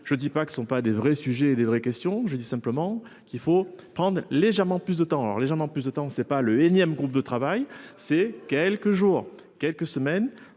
je ne dis pas qu'ne sont pas des vrais sujets et des vraies questions. Je dis simplement qu'il faut prendre légèrement plus de temps. Alors les gens n'ont plus de temps, c'est pas le énième groupe de travail c'est quelques jours, quelques semaines